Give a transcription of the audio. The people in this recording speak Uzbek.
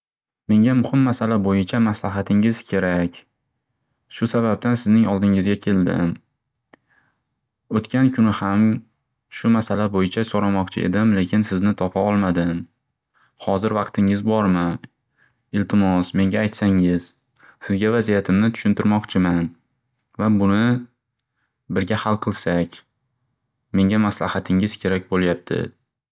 Menga muxim masala bo'yicha maslahatingiz kerak. Shu sababdan sizning oldingizga keldim. O'tgan kuni ham shu masala bo'yicha so'ramoqchi edim. Lekin sizni topaolmadim. Hozir vaqtingiz bormi? Iltimos menga aytsangiz. Sizga vaziyatimni tushuntirmoqchiman va buni birga hal qilsaksak. Menga maslaxatingiz kerak bo'lyabdi.